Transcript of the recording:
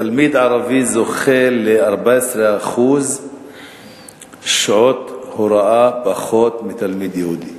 תלמיד ערבי זוכה לפחות 14% שעות הוראה מתלמיד יהודי.